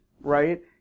right